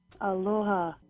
Aloha